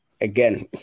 again